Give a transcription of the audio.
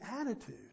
attitude